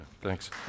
thanks